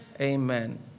Amen